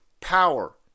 power